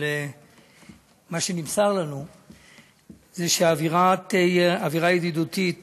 אבל נמסר לנו על אווירה ידידותית